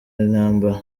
intambara